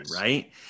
right